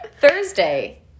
Thursday